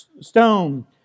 stone